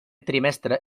trimestre